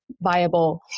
viable